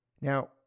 Now